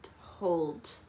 hold